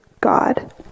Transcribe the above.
God